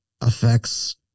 affects